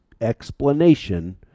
explanation